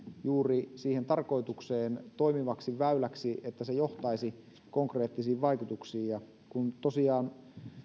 juuri siihen tarkoitukseen toimivaksi väyläksi niin että se johtaisi konkreettisiin vaikutuksiin ja kun tosiaan